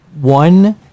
one